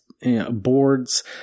boards